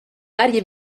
varie